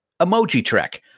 Emojitrek